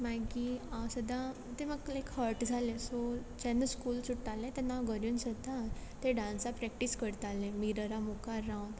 मागीर हांव सदां तें म्हाका लायक हर्ट जालें सो जेन्ना स्कूल सुट्टालें तेन्ना घरा येवन सदां ते डान्सा प्रॅक्टीस करतालें मिररा मुखार रावोन